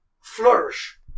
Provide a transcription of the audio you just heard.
flourish